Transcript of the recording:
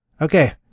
Okay